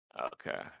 Okay